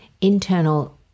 internal